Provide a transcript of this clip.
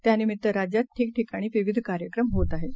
त्यानिमित्तराज्यातठिकठिकाणीविविधकार्यक्रमहोतआहेत